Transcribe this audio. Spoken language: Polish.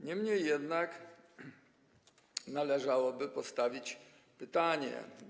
Niemniej jednak należałoby postawić pytanie.